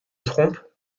trompe